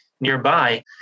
nearby